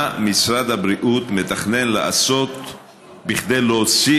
מה משרד הבריאות מתכנן לעשות כדי להוציא